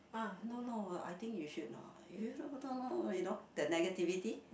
no lor I think you should not you know that negativity